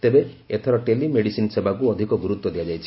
ତେବେ ଏଥର telemedicine ସେବାକୁ ଅଧିକ ଗୁରୁତ୍ୱ ଦିଆଯାଇଛି